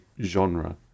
genre